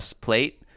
plate